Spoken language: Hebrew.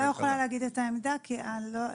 אני לא אוכל להגיד את העמדה כי זה